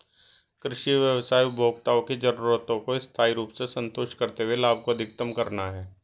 कृषि व्यवसाय उपभोक्ताओं की जरूरतों को स्थायी रूप से संतुष्ट करते हुए लाभ को अधिकतम करना है